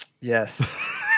yes